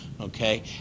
okay